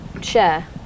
share